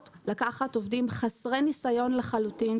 לקחת עובדים חסרי ניסיון לחלוטין,